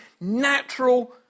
natural